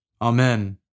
Amen